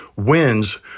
wins